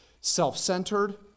Self-centered